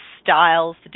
Styles